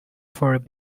for